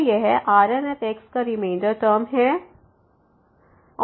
तो यह Rn का रिमेंडर टर्म Rnxxn1n1